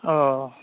अ